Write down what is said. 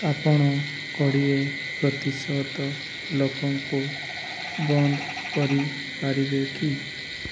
ଆପଣ କୋଡ଼ିଏ ପ୍ରତିଶତ ଲୋକଙ୍କୁ ବନ୍ଦ କରିପାରିବେ କି